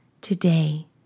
Today